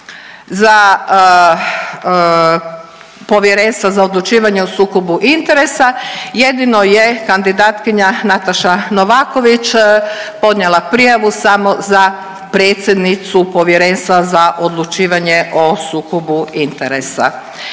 za Povjerenstvo za odlučivanje o sukobu interesa, jedino je kandidatkinja Nataša Novaković podnijela prijavu samo za predsjednicu Povjerenstva za odlučivanje o sukobu interesa.